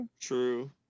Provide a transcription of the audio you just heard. true